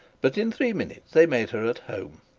but in three minutes they made her at home.